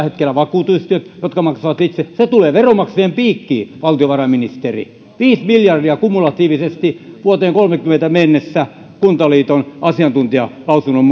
hetkellä vakuutusyhtiöt jotka maksavat itse se tulee veronmaksajien piikkiin valtiovarainministeri viisi miljardia kumulatiivisesti vuoteen kolmessakymmenessä mennessä kuntaliiton asiantuntijalausunnon